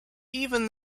even